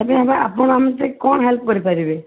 ଯଦି ହବ ଆପଣ ଆମ କ'ଣ ହେଲ୍ପ କରିପାରିବେ